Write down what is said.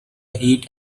heat